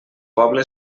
poble